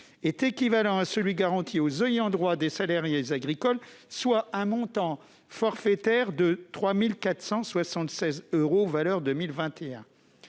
agricoles, à celui garanti aux ayants droit des salariés agricoles, soit un montant forfaitaire de 3 476 euros en 2021.